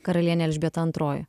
karalienė elžbieta antroji